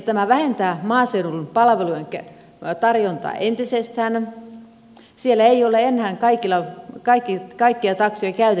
tämä vähentää maaseudun palvelujen tarjontaa entisestään siellä ei ole enää kaikilla takseja käytettävissä